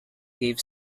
give